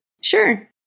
Sure